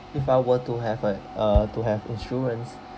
if I were to have a uh to have insurance